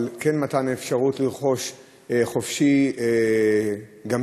על מתן האפשרות לרכוש חופשי גמיש.